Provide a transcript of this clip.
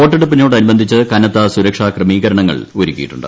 വോട്ടെടുപ്പിനോടനുബന്ധിച്ച് കനത്ത സുരക്ഷാ ക്രമീകരണങ്ങൾ ഒരുക്കിയിട്ടുണ്ട്